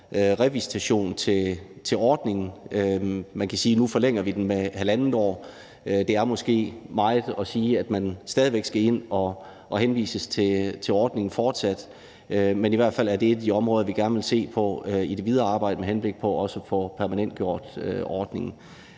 revisitation til ordningen. Nu forlænger vi den med halvandet år; det er måske meget at sige, at man stadig væk fortsat skal ind og henvises til ordningen. Det er i hvert fald et af de områder, vi gerne vil se på i det videre arbejde med henblik på også at få permanentgjort ordningen.